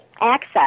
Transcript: access